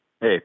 Hey